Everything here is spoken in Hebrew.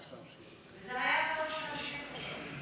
זה היה התור של השאילתה שלי.